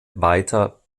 weiter